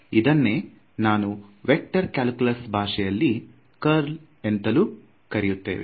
ಇದನ್ನೇ ನಾನು vector calculus ಭಾಷೆಯಲ್ಲಿ ಕರ್ಲ್ ಎಂತಲೂ ಕರೆಯುತ್ತೇವೆ